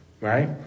right